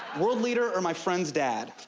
world leader or my friend's dad?